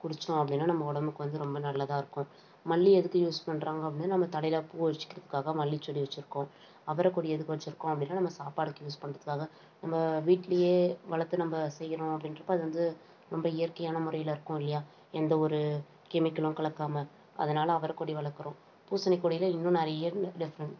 குடித்தோம் அப்படின்னா நம்ம உடம்புக்கு வந்து ரொம்ப நல்லதாக இருக்கும் மல்லி எதுக்கு யூஸ் பண்ணுறாங்க அப்படின்னா நம்ம தலையில் பூ வச்சிக்கிறதுக்காக மல்லி செடி வச்சிருக்கோம் அவரக்கொடி எதுக்கு வச்சிருக்கோம் அப்படின்னா நம்ம சாப்பாடுக்கு யூஸ் பண்ணுறதுக்காக நம்ம வீட்டிலேயே வளர்த்து நம்ம செய்கிறோம் அப்படின்றப்ப அது வந்து ரொம்ப இயற்கையான முறையில் இருக்கும் இல்லையா எந்த ஒரு கெமிக்கலும் கலக்காமல் அதனால அவரைக்கொடி வளர்க்குறோம் பூசணி கொடியில் இன்னும் நிறைய டிஃபரெண்ட்